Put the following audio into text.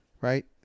right